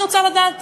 אני רוצה לדעת,